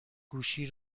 گوشی